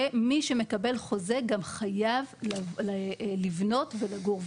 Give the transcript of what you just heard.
שמי שמקבל חוזה גם חייב לבנות ולגור.